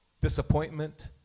disappointment